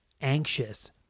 anxious